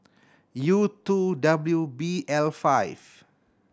U two W B L five